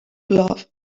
love